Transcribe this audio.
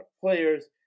players